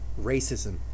racism